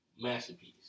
masterpiece